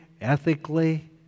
ethically